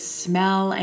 smell